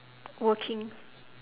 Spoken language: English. working